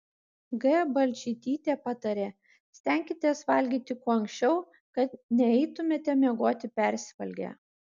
g balčytytė patarė stenkitės valgyti kuo anksčiau kad neeitumėte miegoti persivalgę